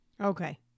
Okay